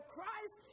Christ